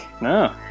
No